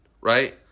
right